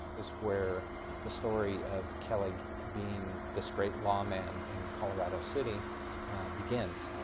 is where the story of kelley being this great lawman in colorado city begins.